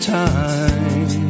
time